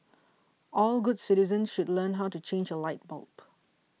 all good citizens should learn how to change a light bulb